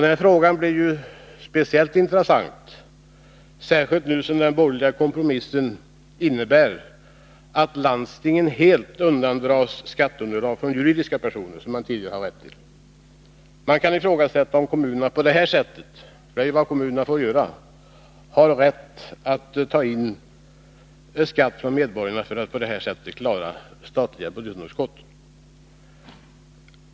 Denna fråga blir särskilt aktuell, sedan den borgerliga kompromissen nu innebär att landstingen helt undandras skatteunderlag från juridiska personer, vilket de tidigare haft rätt till. Man kan rent av ifrågasätta om kommunerna har rätt att ta ut skatt av medborgarna för att på detta sätt klara statens budgetunderskott.